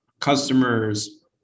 customers